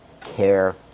care